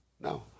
no